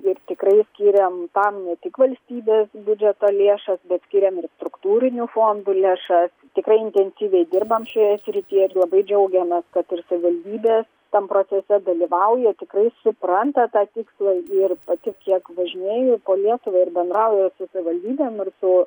ir tikrai skiriam tam ne tik valstybės biudžeto lėšas bet skiriam ir struktūrinių fondų lėšas tikrai intensyviai dirbam šioje srityje ir labai džiaugiamės kad ir savivaldybė tam procese dalyvauja tikrai supranta tą tikslą ir pati kiek važinėju ir po lietuvą ir bendraujant su savivaldybėm ir su